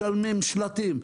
משלמים שנתיים,